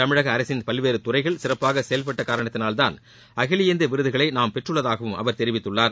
தமிழக அரசின் பல்வேறு துறைகள் சிறப்பாக செயல்பட்ட காரணத்தால்தான் அகில இந்திய விருதுகளை நாம் பெற்றுள்ளதாகவும் அவர் தெரிவித்தார்